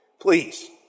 Please